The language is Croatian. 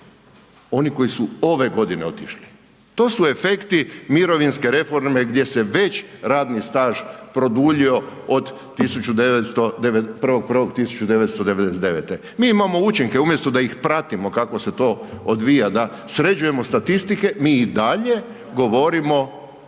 oni koji su ove godine otišli. To su efekti mirovinske reforme gdje se već radni staž produljio od 1.1.1999. Mi imamo učinke, umjesto da ih pratimo kako se to odvija, da sređujemo statistike, mi i dalje govorimo